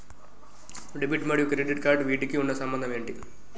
Debit మరియు credit cards వీటికి ఉన్న సంబంధం ఏంటి?